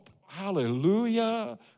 hallelujah